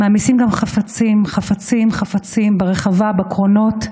מעמיסים גם חפצים, חפצים, חפצים ברחבה, בקרונות,